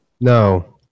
No